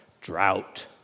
Drought